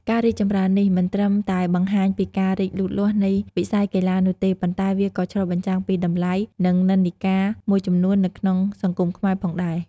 ការរីកចម្រើននេះ មិនត្រឹមតែបង្ហាញពីការរីកលូតលាស់នៃវិស័យកីឡានោះទេ ប៉ុន្តែវាក៏ឆ្លុះបញ្ចាំងពីតម្លៃ និងនិន្នាការមួយចំនួននៅក្នុងសង្គមខ្មែរផងដែរ។